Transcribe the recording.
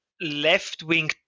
left-wing